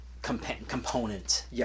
Component